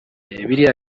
biriya